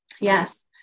Yes